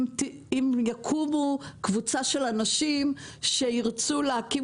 אם יקומו קבוצה של אנשים שירצו להקים